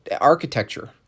architecture